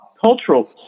Cultural